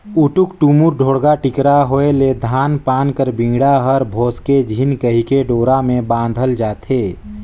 उटुक टुमुर, ढोड़गा टिकरा होए ले धान पान कर बीड़ा हर भसके झिन कहिके डोरा मे बाधल जाथे